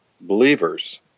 believers